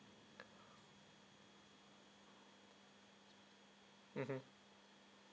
mmhmm